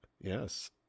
Yes